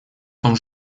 том